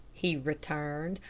he returned.